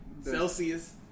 Celsius